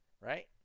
right